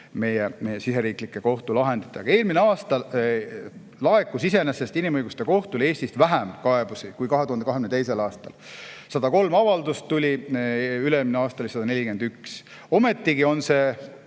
meie siseriiklike kohtulahenditega. Eelmisel aastal laekus inimõiguste kohtule Eestist vähem kaebusi kui 2022. aastal: 103 avaldust oli. Üle-eelmine aasta oli 141. Ometigi on see